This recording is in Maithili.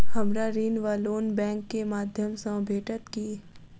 हमरा ऋण वा लोन बैंक केँ माध्यम सँ भेटत की?